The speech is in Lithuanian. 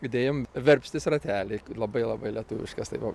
įdėjom verpstės ratelį labai labai lietuviškas tai va